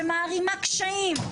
שמערימה קשיים,